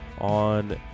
on